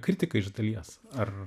kritika iš dalies ar